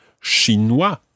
Chinois